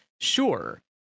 sure